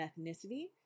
ethnicity